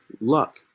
luck